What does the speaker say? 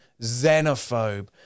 xenophobe